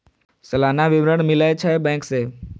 सलाना विवरण मिलै छै बैंक से?